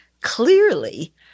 clearly